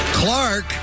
Clark